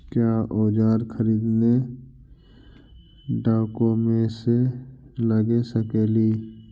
क्या ओजार खरीदने ड़ाओकमेसे लगे सकेली?